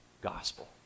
gospel